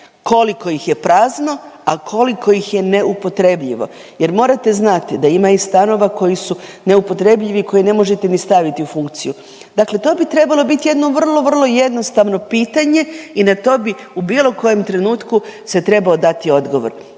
koliko ih je prazno, a koliko ih je neupotrebljivo. Jer morate znati da ima i stanova koji su neupotrebljivi, koje ne možete ni staviti u funkciju. Dakle, to bi trebalo biti jedno vrlo, vrlo jednostavno pitanje i na to bi u bilo kojem trenutku se trebao dati odgovor.